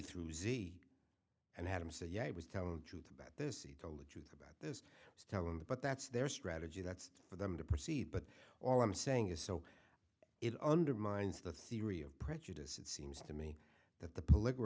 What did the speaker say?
through z and had him say yeah he was telling the truth about this he told the truth about this telling the but that's their strategy that's for them to proceed but all i'm saying is so it undermines the theory of prejudice it seems to me that the political